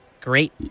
great